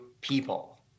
people